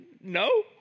no